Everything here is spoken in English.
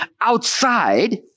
outside